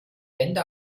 wände